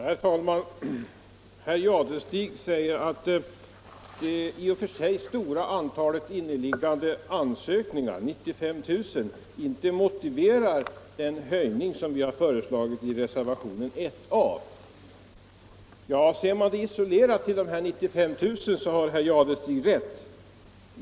Herr talman! Herr Jadestig sade att det i och för sig stora antalet inneliggande ansökningar, 95 000, inte motiverar den höjning som vi har föreslagit i reservationen 1 a. Ja, om man ser det isolerat till dessa 95 000, så har herr Jadestig rätt.